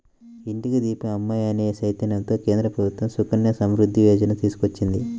ఇంటికి దీపం అమ్మాయి అనే చైతన్యంతో కేంద్ర ప్రభుత్వం సుకన్య సమృద్ధి యోజన తీసుకొచ్చింది